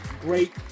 great